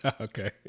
Okay